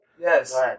Yes